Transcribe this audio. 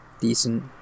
decent